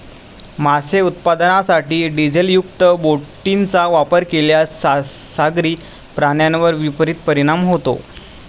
मासे उत्पादनासाठी डिझेलयुक्त बोटींचा वापर केल्यास सागरी प्राण्यांवर विपरीत परिणाम होतो